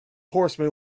horsemen